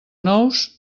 nous